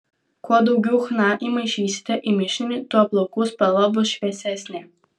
kuo daugiau chna įmaišysite į mišinį tuo plaukų spalva bus šviesesnė